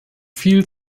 viel